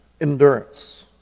endurance